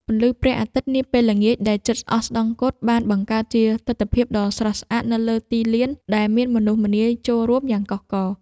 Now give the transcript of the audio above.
ពន្លឺព្រះអាទិត្យនាពេលល្ងាចដែលជិតអស្តង្គតបានបង្កើតជាទិដ្ឋភាពដ៏ស្រស់ស្អាតនៅលើទីលានដែលមានមនុស្សម្នាចូលរួមយ៉ាងកុះករ។